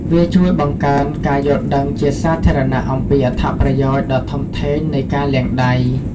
វាជួយបង្កើនការយល់ដឹងជាសាធារណៈអំពីអត្ថប្រយោជន៍ដ៏ធំធេងនៃការលាងដៃ។